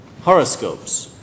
Horoscopes